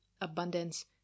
abundance